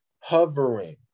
hovering